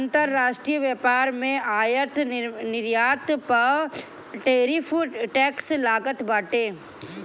अंतरराष्ट्रीय व्यापार में आयात निर्यात पअ टैरिफ टैक्स लागत बाटे